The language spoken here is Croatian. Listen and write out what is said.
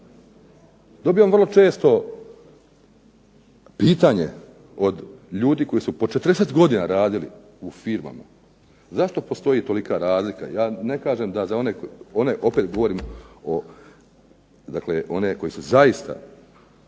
dobivam vrlo često pitanje od ljudi koji su po 40 godina radili u firmama zašto postoji tolika razlika. Ja ne kažem da za one, opet